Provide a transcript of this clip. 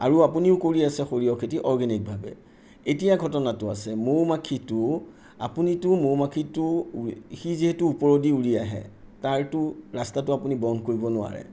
আৰু আপুনিও কৰি আছে সৰিয়হ খেতি অৰ্গেনিকভাৱে এতিয়া ঘটনাটো আছে মৌ মাখিটো আপুনিতো মৌ মাখিটো সি যিহেতু ওপৰেদি উৰি আহে তাৰতো ৰাস্তাটো আপুনি বন্ধ কৰিব নোৱাৰে